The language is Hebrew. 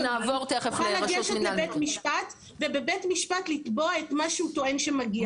יוכל לגשת לבית משפט ובבית המשפט לתבוע את מה שהוא טוען שמגיע לו.